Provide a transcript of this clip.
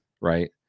Right